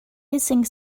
hissing